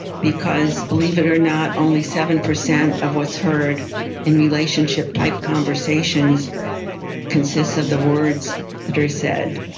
because believe it or not, only seven percent of what's heard in relationship type conversations consists of the words that are said.